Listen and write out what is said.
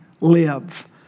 live